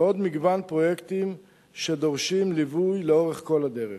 ועוד מגוון פרויקטים שדורשים ליווי לאורך כל הדרך.